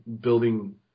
building